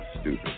stupid